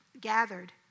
gathered